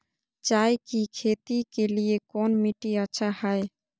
चाय की खेती के लिए कौन मिट्टी अच्छा हाय?